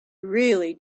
really